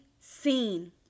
seen